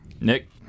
Nick